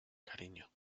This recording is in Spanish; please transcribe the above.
cariño